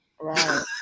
right